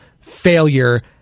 failure